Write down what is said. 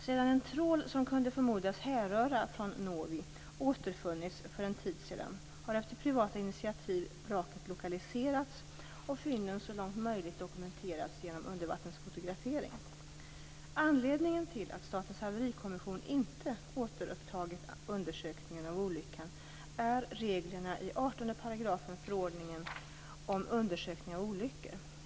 Sedan en trål som kunde förmodas härröra från Novi återfunnits för en tid sedan har efter privata initiativ vraket lokaliserats och fynden så långt möjligt dokumenterats genom undervattensfotografering. Anledningen till att Statens haverikommission inte återupptagit undersökningen av olyckan är reglerna i 18 § förordningen om undersökning av olyckor.